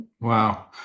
Wow